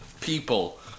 people